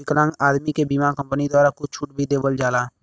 विकलांग आदमी के बीमा कम्पनी द्वारा कुछ छूट भी देवल जाला